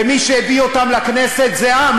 ומי שהביא אותם לכנסת זה העם,